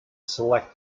select